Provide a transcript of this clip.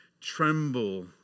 tremble